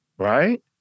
right